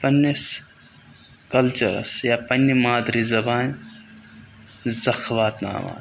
پَنٛنِس کَلچَرَس یا پنٛنہِ مادری زبانہِ زَخ واتناوان